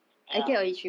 ya